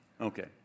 Okay